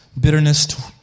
Bitterness